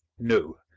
no,